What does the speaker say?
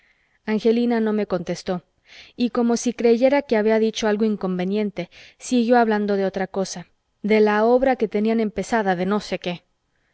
angelina no me contestó y como si creyera que había dicho algo inconveniente siguió hablando de otra cosa de la obra que tenían empezada de no sé qué